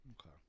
Okay